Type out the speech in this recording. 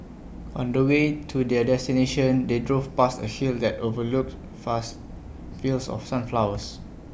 on the way to their destination they drove past A hill that overlooked vast fields of sunflowers